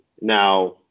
Now